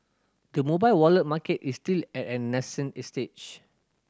the mobile wallet market is still at a nascent stage